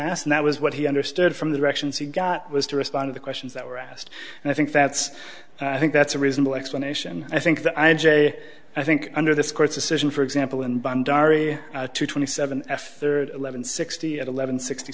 and that was what he understood from the directions he got was to respond to the questions that were asked and i think that's i think that's a reasonable explanation i think that i j i think under this court's decision for example in bhandari to twenty seven s third eleven sixty at eleven sixty